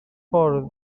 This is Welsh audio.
ffordd